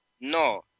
No